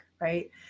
right